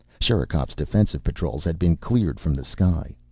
sherikov's defensive patrols had been cleaned from the sky.